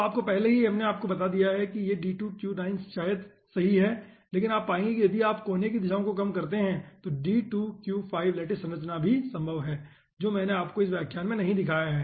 तो पहले ही हमने आपको दिखाया है कि D2Q9 शायद सही है लेकिन आप पाएंगे कि यदि आप कोने की दिशाओ को कम करते हैं तो D2Q5 लैटिस संरचना भी संभव है जो मैंने आपको इस व्याख्यान में नहीं दिखाया है